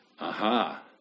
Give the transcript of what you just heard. Aha